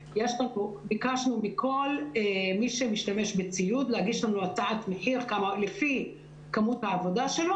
ביקשנו מכל מי שמשתמש בציוד להגיש לנו הצעת מחיר לפי כמות העבודה שלו,